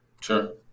Sure